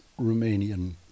Romanian